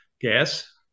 gas